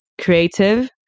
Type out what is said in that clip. creative